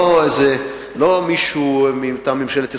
זה לא מישהו מטעם ממשלת ישראל,